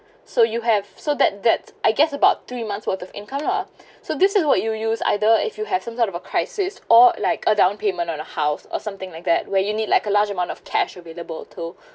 so you have so that that I guess about three months worth of income lah so this is what you use either if you have some sort of a crisis or like a down payment on a house or something like that where you need like a large amount of cash available to